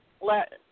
let